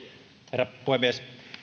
herra puhemies